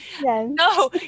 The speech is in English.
no